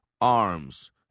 arms